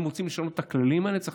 ואם רוצים לשנות את הכללים האלה צריך